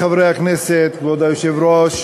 כבוד היושב-ראש,